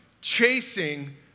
chasing